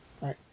Right